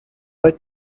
but